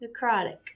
Necrotic